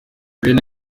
bene